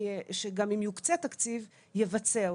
גם אם יוקצה תקציב לא יהיה מי שיבצע אותו.